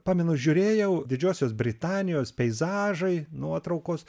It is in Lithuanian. pamenu žiūrėjau didžiosios britanijos peizažai nuotraukos